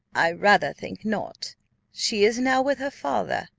i rather think not she is now with her father,